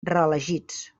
reelegits